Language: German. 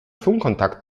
funkkontakt